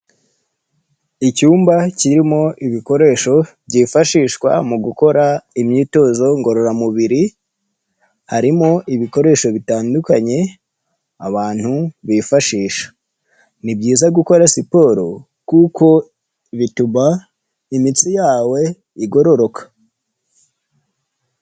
Icyumba kirimo ibikoresho byifashishwa mu gukora imyitozo ngororamubiri, harimo ibikoresho bitandukanye abantu bifashisha, ni byiza gukora siporo kuko bituba imitsi yawe igororoka.